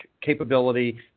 capability